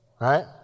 right